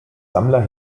sammler